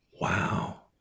wow